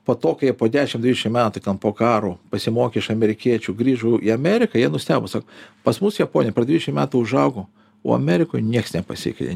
po to kai jie po dešim dvidešim metų ten po karo pasimokė iš amerikiečių grįžo į ameriką jie nustebo sako pas mus japonija per dvidešim metų užaugo o amerikoj nieks nepasikeitė